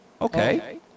Okay